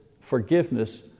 forgiveness